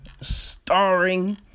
Starring